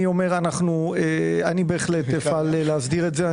אני אומר שאני בהחלט אפעל להסדיר את זה.